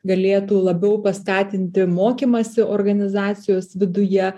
galėtų labiau paskatinti mokymąsi organizacijos viduje